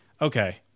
Okay